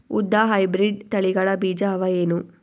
ಉದ್ದ ಹೈಬ್ರಿಡ್ ತಳಿಗಳ ಬೀಜ ಅವ ಏನು?